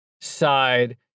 side